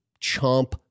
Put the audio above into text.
chomp